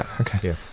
okay